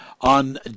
on